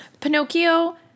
Pinocchio